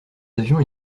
avions